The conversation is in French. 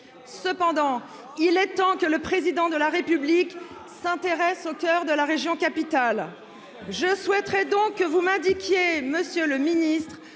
Cependant, il est temps que le Président de la République s'intéresse au coeur de la région capitale. Je souhaite donc que vous m'indiquiez, monsieur le ministre,